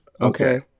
Okay